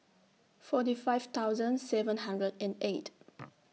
forty five thousand seven hundred and eight